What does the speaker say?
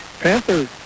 Panthers